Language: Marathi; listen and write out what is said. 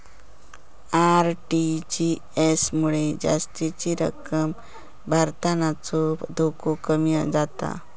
आर.टी.जी.एस मुळे जास्तीची रक्कम भरतानाचो धोको कमी जाता